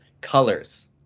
colors